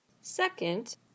Second